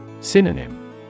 Synonym